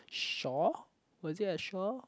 Shaw was it at Shaw